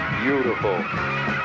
beautiful